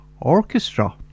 Orchestra